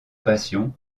passion